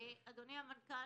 אדוני המנכ"ל,